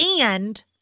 and-